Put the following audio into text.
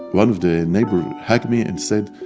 one of the neighbors hugged me and said,